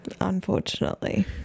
Unfortunately